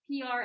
PR